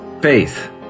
faith